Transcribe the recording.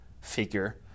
figure